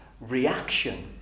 reaction